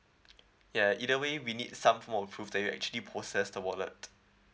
ya either way we need some mode of proof that you actually possessed the wallet